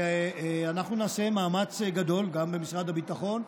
ואנחנו נעשה מאמץ גדול גם במשרד הביטחון,